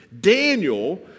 Daniel